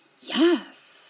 Yes